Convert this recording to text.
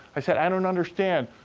i said, i don't understand.